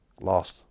Lost